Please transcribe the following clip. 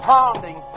Pounding